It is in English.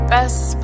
Best